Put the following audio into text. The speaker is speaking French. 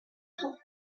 sont